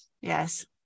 Yes